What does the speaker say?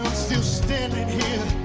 still standing here